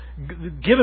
given